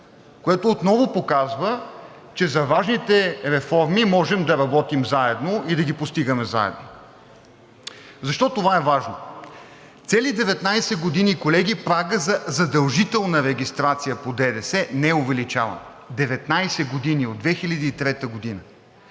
което отново показва, че за важните реформи можем да работим заедно и да ги постигаме заедно. Защо това е важно? Цели 19 години, колеги, прагът за задължителна регистрация по ДДС не е увеличаван. 19 години! От 2003 г.